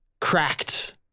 cracked